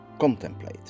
contemplate